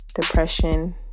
depression